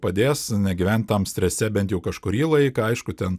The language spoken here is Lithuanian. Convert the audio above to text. padės negyvent tam strese bent jau kažkurį laiką aišku ten